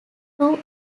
two